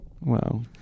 Wow